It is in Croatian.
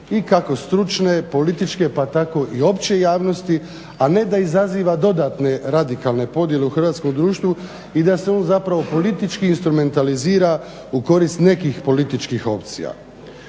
i kako stručne, političke, pa tako i opće javnosti, a ne da izaziva dodatne radikalne podjele u hrvatskom društvu i da se on zapravo politički instrumentalizira u korist nekih političkih opcija.